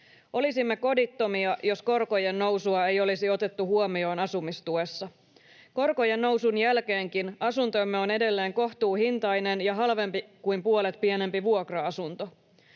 Olisimme kodittomia, jos korkojen nousua ei olisi otettu huomioon asumistuessa. Korkojen nousun jälkeenkin asuntomme on edelleen kohtuuhintainen ja halvempi kuin puolet pienempi vuokra asunto.